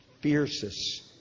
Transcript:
fiercest